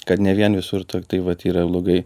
kad ne vien visur to taip vat yra blogai